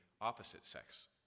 opposite-sex